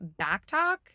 Backtalk